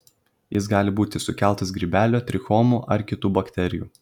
jis gali būti sukeltas grybelio trichomonų ar kitų bakterijų